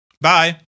Bye